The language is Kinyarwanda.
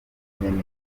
zijyanye